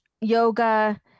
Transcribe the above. yoga